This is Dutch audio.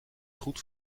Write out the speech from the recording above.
goed